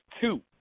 two